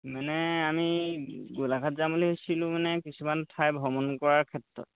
মানে আমি গোলাঘাট যাম বুলি ভাবিছিলোঁ মানে কিছুমান ঠাই ভ্ৰমণ কৰাৰ ক্ষেত্ৰত